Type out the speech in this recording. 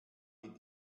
mit